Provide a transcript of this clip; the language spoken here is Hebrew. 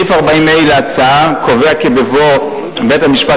סעיף 40(ה) להצעה קובע כי בבוא בית-המשפט